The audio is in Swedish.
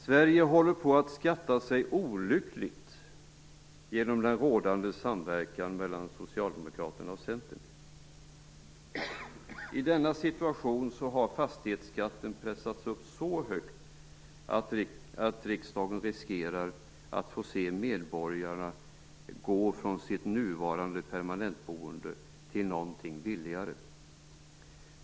Sverige håller på att skatta sig olyckligt, genom rådande samverkan mellan Socialdemokraterna och Centern. I denna situation har fastighetsskatten pressats upp så högt att riksdagen riskerar att få se medborgare gå från sitt nuvarande permanentboende till något billigare.